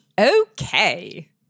okay